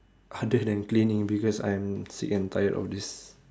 other then cleaning because I'm sick and tired of this